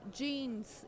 genes